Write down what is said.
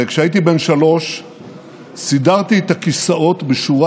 וכשהייתי בן שלוש סידרתי את הכיסאות בשורה